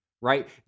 right